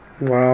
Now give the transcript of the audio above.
Wow